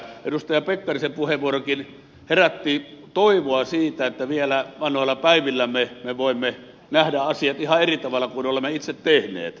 edustaja pekkarisen puheenvuorokin herätti toivoa siitä että vielä vanhoilla päivillämme me voimme nähdä asiat ihan eri tavalla kuin olemme itse tehneet